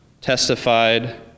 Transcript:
testified